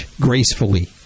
gracefully